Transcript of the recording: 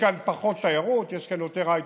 יש כאן פחות תיירות, יש כאן יותר הייטק.